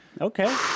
okay